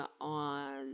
on